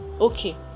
Okay